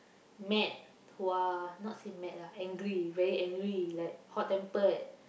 mad who are not say mad lah angry very angry like hot-tempered